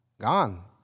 Gone